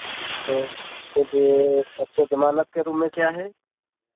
तो कुछ आपको जमानत के रूप में क्या है